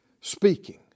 speaking